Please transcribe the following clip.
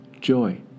joy